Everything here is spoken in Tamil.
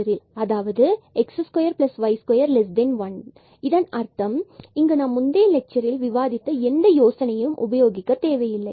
அதாவது இதன் அர்த்தம் இங்கு நாம் பின்பு முந்தைய லெட்சரில் விவாதித்த எந்த யோசனையும் உபயோகிக்க தேவையில்லை